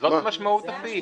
זאת משמעות הסעיף.